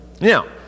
Now